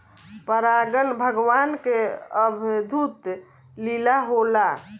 परागन भगवान के अद्भुत लीला होला